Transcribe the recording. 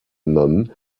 none